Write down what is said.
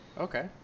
okay